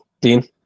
Dean